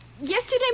Yesterday